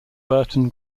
burton